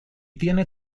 tiene